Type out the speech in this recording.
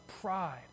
pride